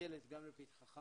מוטלת גם לפתחך,